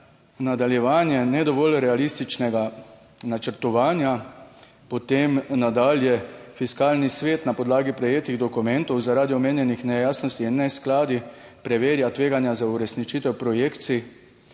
nadaljevanje ne dovolj realističnega načrtovanja. Potem nadalje, Fiskalni svet na podlagi prejetih dokumentov zaradi omenjenih nejasnosti in neskladij preverja tveganja za uresničitev projekcij.